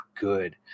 good